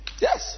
Yes